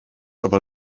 aber